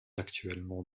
actuellement